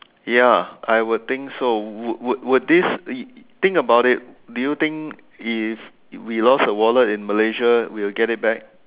ya I would think so would would would this think about it do you think if we lost a wallet in Malaysia we'll get it back